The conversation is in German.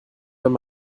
wenn